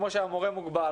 כאשר כמו שהמורה מוגבל,